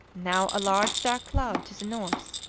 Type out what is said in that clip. now a large dark cloud to the north,